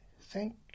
thank